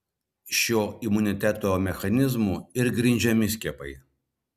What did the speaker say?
šiuo imuniteto mechanizmu ir grindžiami skiepai